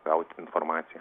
gauti informaciją